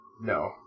No